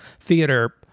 theater